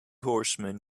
horsemen